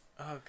Okay